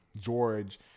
George